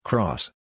Cross